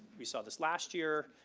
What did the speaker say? we saw this last year,